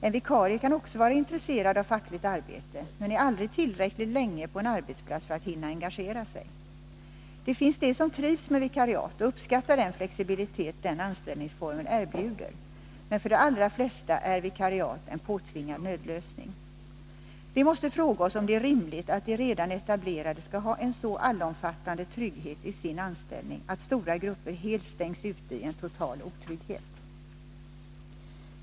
En vikarie kan också vara intresserad av fackligt arbete men är aldrig tillräckligt länge på en arbetsplats för att hinna engagera sig. Det finns de som trivs med vikariat och uppskattar den flexibilitet den anställningsformen erbjuder, men för de allra flesta är vikariat en påtvingad nödlösning. Vi måste fråga oss om det är rimligt att de redan etablerade skall ha en så allomfattande trygghet i sin anställning att stora grupper stängs ute i en total otrygghet.